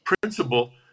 principle